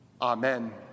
Amen